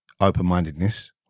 open-mindedness